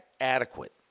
adequate